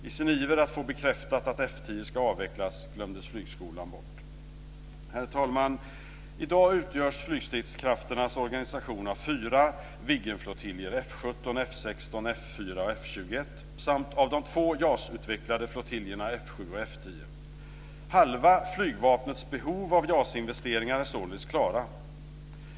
I sin iver att få bekräftat att F 10 ska avvecklas glömde man bort flygskolan. Herr talman! I dag utgörs flygstridskrafternas organisation av fyra JAS 37 Viggenflottiljer, F 17, F 16, investeringar är således klarade.